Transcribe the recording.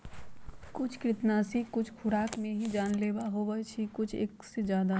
कुछ कृन्तकनाशी एक खुराक में ही जानलेवा होबा हई और कुछ एक से ज्यादा